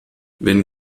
wenn